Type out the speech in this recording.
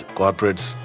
corporates